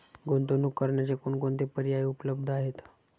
गुंतवणूक करण्याचे कोणकोणते पर्याय उपलब्ध आहेत?